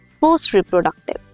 post-reproductive